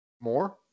more